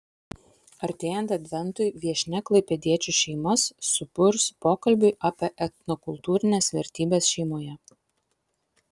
artėjant adventui viešnia klaipėdiečių šeimas suburs pokalbiui apie etnokultūrines vertybes šeimoje